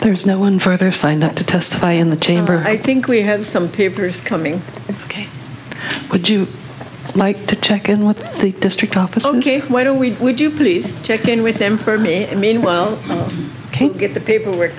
there's no one further signed up to testify in the chamber and i think we have some papers coming ok would you like to check in with the district office ok why don't we would you please check in with them for me and meanwhile i can't get the paperwork